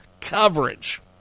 coverage